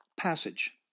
passage